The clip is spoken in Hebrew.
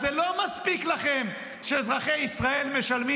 אז זה לא מספיק לכם שאזרחי משלמים